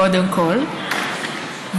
קודם כול,